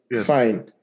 Fine